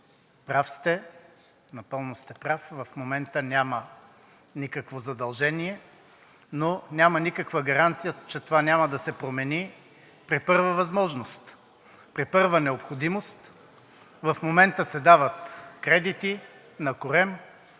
прав сте, напълно сте прав – в момента няма никакво задължение, но няма никаква гаранция, че това няма да се промени при първа възможност, при първа необходимост. В момента се дават кредити на корем,